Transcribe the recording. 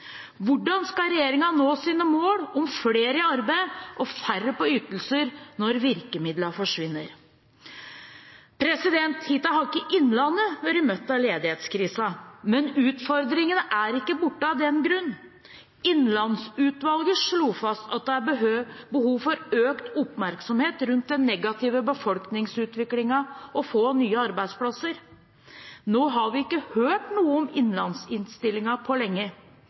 Hvordan skal regjeringen nå sine mål om flere i arbeid og færre på ytelser når virkemidlene forsvinner? Hittil har ikke Innlandet vært møtt av ledighetskrisen, men utfordringene er ikke borte av den grunn. Innlandsutvalget slo fast at det er behov for økt oppmerksomhet rundt den negative befolkningsutviklingen og få nye arbeidsplasser. Nå har vi ikke hørt noe om innlandsinnstillingen på lenge.